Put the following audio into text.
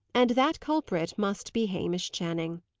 and that culprit must be hamish channing.